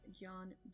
John